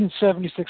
1976